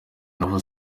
naho